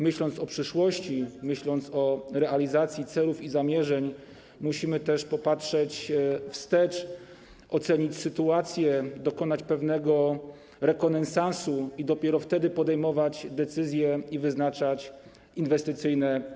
Myśląc o przyszłości, o realizacji celów i zamierzeń, musimy też popatrzeć wstecz, ocenić sytuację, przeprowadzić pewien rekonesans i dopiero wtedy podejmować decyzje i wyznaczać cele inwestycyjne.